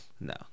no